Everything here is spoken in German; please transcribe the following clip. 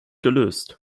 gelöst